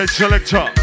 selector